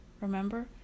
Remember